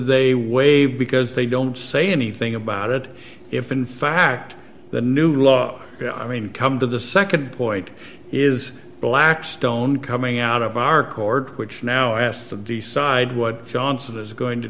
they waive because they don't say anything about it if in fact the new law i mean come to the nd point is blackstone coming out of our court which now asked to decide what johnson is going to